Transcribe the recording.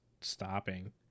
stopping